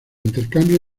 intercambio